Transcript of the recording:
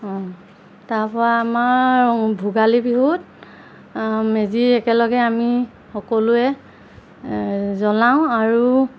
অঁ তাৰপৰা আমাৰ ভোগালী বিহুত মেজি একেলগে আমি সকলোৱে জ্বলাওঁ আৰু